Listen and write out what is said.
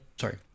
sorry